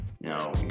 No